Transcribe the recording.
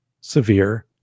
severe